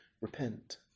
repent